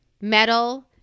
metal